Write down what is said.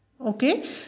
okay